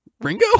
Ringo